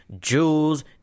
Jewels